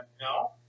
no